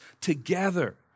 together